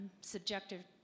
subjective